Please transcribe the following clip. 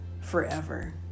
forever